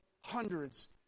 hundreds